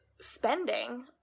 spending